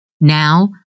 Now